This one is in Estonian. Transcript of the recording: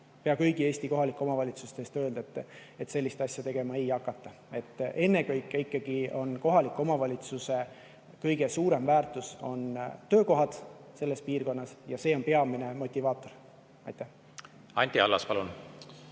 pea kõigi Eesti kohalike omavalitsuste eest öelda, et sellist asja tegema ei hakata. Ennekõike ikkagi on kohaliku omavalitsuse kõige suurem väärtus töökohad piirkonnas ja see on peamine motivaator. Aitäh! Esiteks on